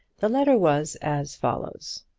the letter was as follows